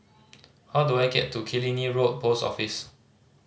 how do I get to Killiney Road Post Office